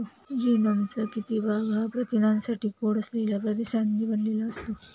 जीनोमचा किती भाग हा प्रथिनांसाठी कोड असलेल्या प्रदेशांनी बनलेला असतो?